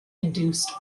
induced